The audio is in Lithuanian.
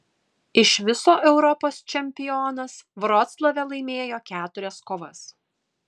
iš viso europos čempionas vroclave laimėjo keturias kovas